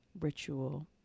ritual